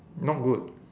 not good